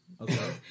Okay